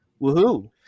Woohoo